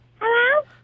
Hello